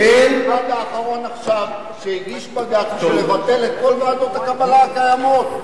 האחרון עכשיו שהגיש בג"ץ שמבטל את כל ועדות הקבלה הקיימות.